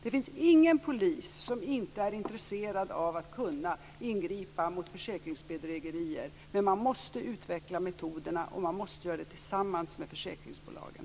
Det finns ingen polis som inte är intresserad av att kunna ingripa mot försäkringsbedrägerier, men man måste utveckla metoderna och det måste man göra tillsammans med försäkringsbolagen.